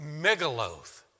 megaloth